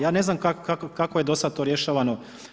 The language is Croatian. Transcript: Ja ne znam kako je do sad to rješavano.